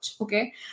Okay